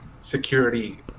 security